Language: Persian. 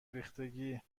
ریختگی